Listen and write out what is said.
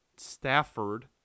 Stafford